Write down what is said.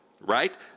right